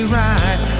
right